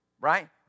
right